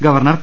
governor P